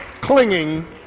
clinging